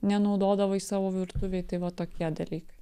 nenaudodavai savo virtuvėj tai va tokie dalykai